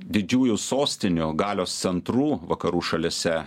didžiųjų sostinių galios centrų vakarų šalyse